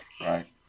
Right